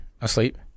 asleep